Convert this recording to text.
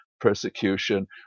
persecution